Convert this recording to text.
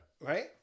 Right